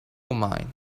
mine